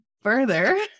further